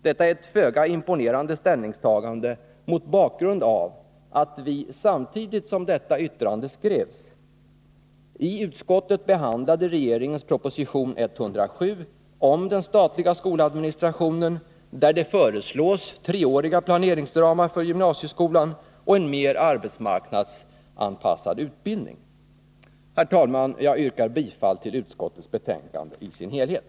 Detta är ett föga imponerande ställningstagande mot bakgrund av att vi, samtidigt som det här yttrandet skrevs, i utskottet behandlade regeringens proposition 107 om den statliga skoladministrationen, där det föreslås treåriga planeringsramar för gymnasieskolan och en mer arbetsmarknadsanpassad utbildning. Herr talman! Jag yrkar bifall till utskottets hemställan i dess helhet.